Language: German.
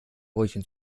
brötchen